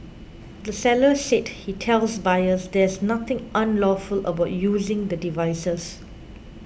the seller said he tells buyers there's nothing unlawful about using the devices